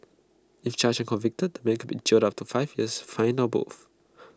if charged convicted man could be jailed up to five years fined or both